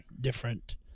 different –